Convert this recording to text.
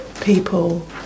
people